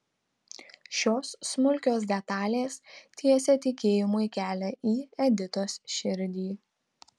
šios smulkios detalės tiesė tikėjimui kelią į editos širdį